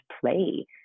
play